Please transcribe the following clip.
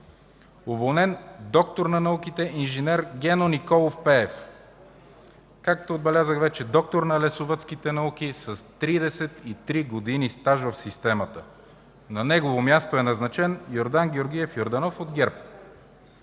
уволнен д-р на науките инж. Гено Николов Пеев, както отбелязах вече, доктор на лесовъдските науки с 33 години стаж в системата, на негово място е назначен Йордан Георгиев Йорданов от ГЕРБ;